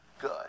good